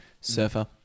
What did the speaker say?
Surfer